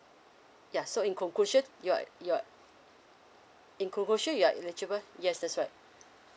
ya so in conclusion you're you're in conclusion you are eligible yes that's right